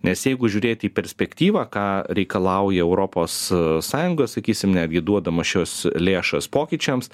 nes jeigu žiūrėti į perspektyvą ką reikalauja europos sąjunga sakysim netgi duodama šias lėšas pokyčiams